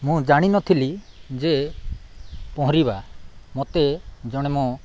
ମୁଁ ଜାଣିନଥିଲି ଯେ ପହଁରିବା ମୋତେ ଜଣେ ମୋ